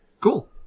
Cool